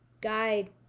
guide